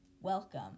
Welcome